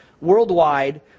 worldwide